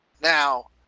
Now